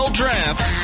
draft